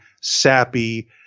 sappy